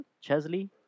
Chesley